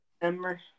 December